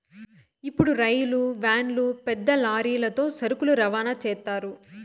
ఇప్పుడు రైలు వ్యాన్లు పెద్ద లారీలతో సరుకులు రవాణా చేత్తారు